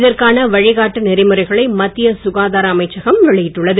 இதற்கான வழிகாட்டு நெறிமுறைகளை மத்திய சுகாதார அமைச்சகம் வெளியிட்டுள்ளது